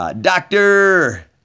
doctor